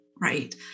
right